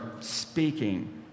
speaking